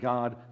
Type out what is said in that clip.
God